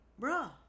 bruh